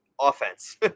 offense